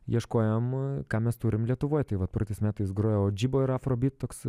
ieškojom ką mes turim lietuvoj tai vat praeitais metais grojo audžibo ir afrobeat toks